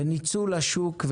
ניצול השוק,